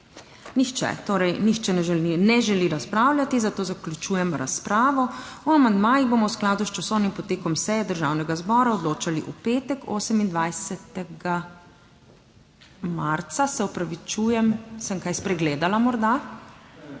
Nihče. Torej nihče ne želi razpravljati, zato zaključujem razpravo. O amandmajih bomo v skladu s časovnim potekom seje Državnega zbora odločali v petek, 28. marca ... Se opravičujem, sem kaj spregledala morda?